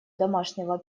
домашнего